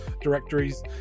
directories